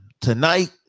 tonight